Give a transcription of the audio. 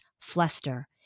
Fluster